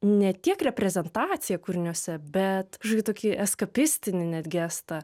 ne tiek reprezentaciją kūriniuose bet kažkokį tokį eskopistinį net gestą